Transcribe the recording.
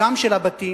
גם של הבתים